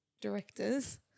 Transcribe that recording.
directors